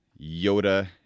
Yoda